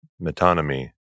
metonymy